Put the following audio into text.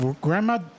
grandma